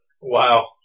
Wow